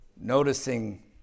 noticing